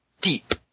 deep